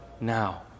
now